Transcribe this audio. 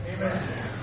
Amen